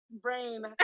brain